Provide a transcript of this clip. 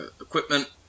equipment